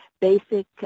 basic